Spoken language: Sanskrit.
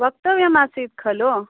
वक्तव्यम् आसीत् खलु